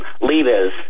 leaders